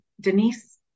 denise